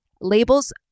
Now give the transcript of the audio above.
Label's